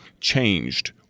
changed